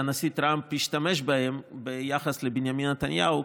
שהנשיא טראמפ השתמש בהם ביחס לבנימין נתניהו,